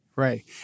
Right